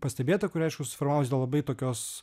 pastebėta kuri aišku susiformavus dėl labai tokios